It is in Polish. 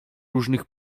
różnych